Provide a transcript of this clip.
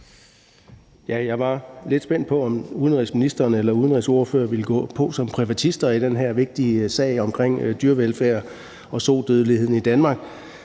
Jeg var lidt spændt på, om udenrigsministeren eller udenrigsordførerne ville gå på som privatister i den her vigtige sag om dyrevelfærd og sodødelighed i Danmark,